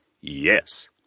Yes